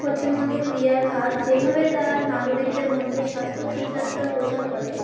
পশ্চিমবঙ্গের ক্রিড়ার খাত যেভাবে তার নাগরিকদের মধ্যে স্বাস্থ্য সুস্বাস্থ্যর প্রচার করে